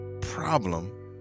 problem